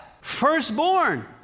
Firstborn